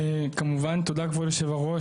כבוד היושב-ראש,